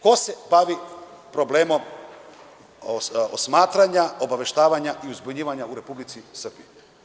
Ko se bavi problemom osmatranja, obaveštavanja i uzbunjivanja u Republici Srbiji?